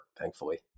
thankfully